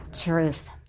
Truth